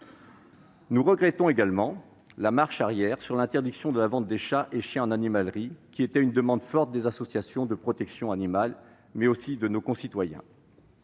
Nous regrettons également la marche arrière sur l'interdiction de la vente de chats et chiens en animalerie, qui était une demande forte des associations de protection animale et de nos concitoyens.